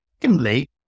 Secondly